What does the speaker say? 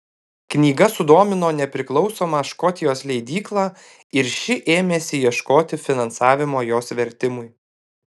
knyga sudomino nepriklausomą škotijos leidyklą ir ši ėmėsi ieškoti finansavimo jos vertimui